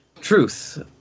truth